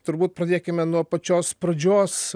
turbūt pradėkime nuo pačios pradžios